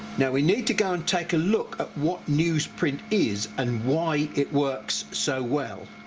now we need to go and take a look at what newsprint is and why it works so well,